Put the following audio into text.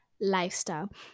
lifestyle